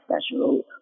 special